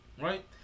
right